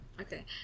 Okay